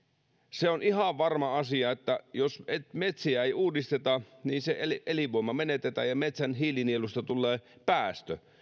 se on ihan varma asia että jos metsiä ei uudisteta niin se elinvoima menetetään ja metsän hiilinielusta tulee päästö